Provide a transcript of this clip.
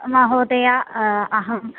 महोदया अहम्